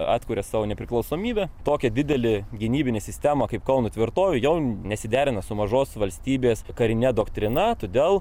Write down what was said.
atkuria savo nepriklausomybę tokia didelė gynybinė sistema kaip kauno tvirtovė jau nesiderina su mažos valstybės karine doktrina todėl